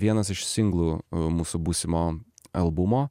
vienas iš singlų mūsų būsimo albumo